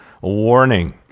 warning